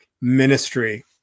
ministry